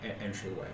entryway